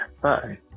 Bye